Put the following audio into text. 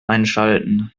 einschalten